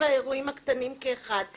אז הכתוביות באוטובוסים לא מפריעות